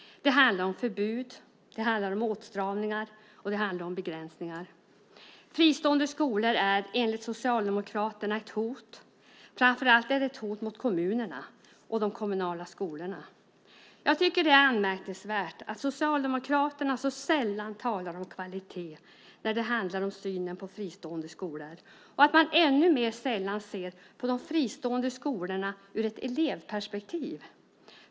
Det handlar om förbud, det handlar om åtstramningar och det handlar om begränsningar. Fristående skolor är enligt Socialdemokraterna ett hot. Framför allt är de ett hot mot kommunerna och de kommunala skolorna. Jag tycker att det är anmärkningsvärt att Socialdemokraterna så sällan talar om kvalitet när det handlar om synen på fristående skolor och att man ännu mer sällan ser på de fristående skolorna ur ett elevperspektiv.